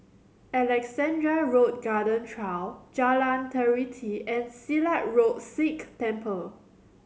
Alexandra Road Garden Trail Jalan Teliti and Silat Road Sikh Temple